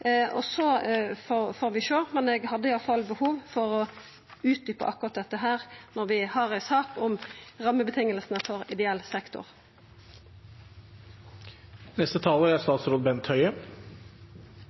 og så får vi sjå. Eg hadde i alle fall behov for å utdjupa akkurat dette når vi har ei sak om rammevilkåra for ideell